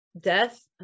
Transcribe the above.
death